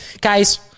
guys